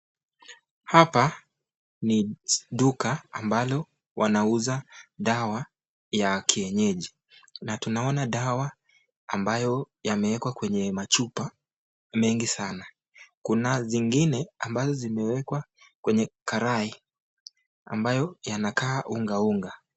Hapa ni duka ambalo wanauza dawa ya kienyeji na tunaona dawa ambayo yamewekwa Kwa machupa mengi sana, kuna zingine ambazo zimewekwa kwenye karai ambayo yanakaa unga unga.